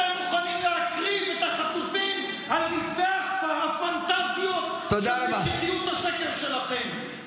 אתם מוכנים להקריב את החטופים על מזבח הפנטזיות של משיחיות השקר שלכם.